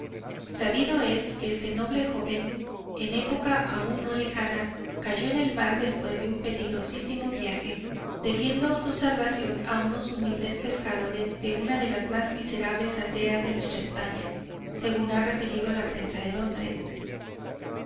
sabido es que este noble joven en época aun no lejana cayó en el mar después de un peligrosísimo viaje debiendo su salvación a unos humildes pescadores de una de las más miserables aldeas de nuestra españa según ha referido la prensa de londres